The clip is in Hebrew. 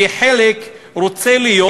כי חלק רוצים להיות